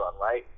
right